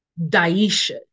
Daisha